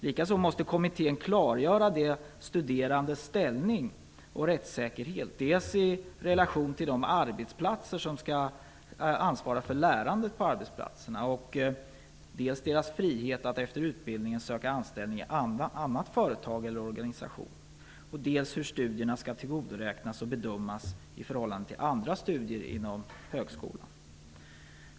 Likaså måste kommittén klargöra de studerandes ställning och rättssäkerhet dels i relation till de arbetsplatser som skall ansvara för lärandet på arbetsplatserna, dels när det gäller deras frihet att efter utbildningen söka anställningar i något annat företag eller organisation, dels hur studierna skall tillgodoräknas och bedömas i förhållande till andra studier inom högskolan.